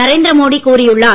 நரேந்திர மோடி கூறியுள்ளார்